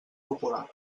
popular